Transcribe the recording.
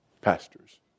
Pastors